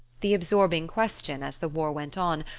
the absorbing question, as the war went on,